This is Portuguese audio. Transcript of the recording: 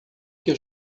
que